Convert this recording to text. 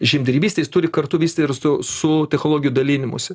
žemdirbystę jis turi kartu vystyt ir su su technologijų dalinimusi